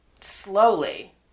Slowly